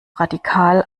radikal